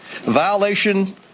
violation